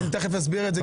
גיל תכף יסביר את זה.